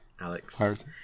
Alex